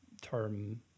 term